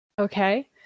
okay